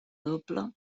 doble